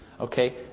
Okay